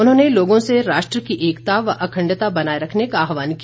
उन्होंने लोगों से राष्ट्र की एकता व अखंडता बनाए रखने का आहवान किया